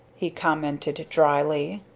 he commented drily.